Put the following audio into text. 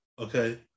okay